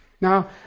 Now